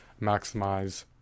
maximize